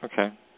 Okay